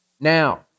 Now